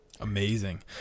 Amazing